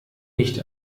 nicht